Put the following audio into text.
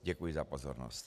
Děkuji za pozornost.